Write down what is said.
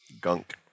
Gunk